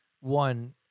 one